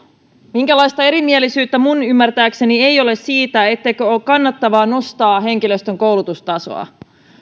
minkäänlaista erimielisyyttä minun ymmärtääkseni ei ole siitä etteikö ole kannattavaa nostaa henkilöstön koulutustasoa